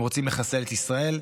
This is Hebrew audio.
הם רוצים לחסל את ישראל,